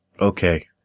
Okay